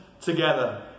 together